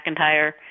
McIntyre